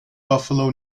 buffalo